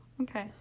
Okay